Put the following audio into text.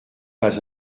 pas